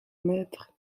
maitre